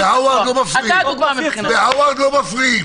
יאיר, בהרווארד לא מפריעים.